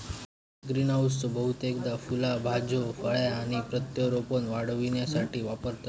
greenhouse बहुतेकदा फुला भाज्यो फळा आणि प्रत्यारोपण वाढविण्यासाठी वापरतत